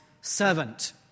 servant